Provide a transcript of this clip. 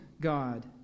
God